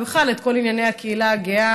ובכלל את כל ענייני הקהילה הגאה